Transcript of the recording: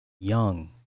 young